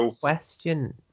question